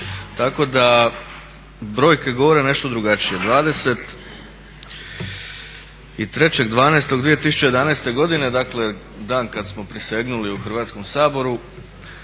tako da brojke govore nešto drugačije. 23.12.2011.godine dan kada smo prisegnuli u Hrvatskom saboru